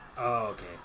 Okay